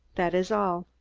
that is all.